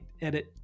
edit